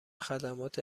خدمات